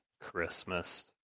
Christmas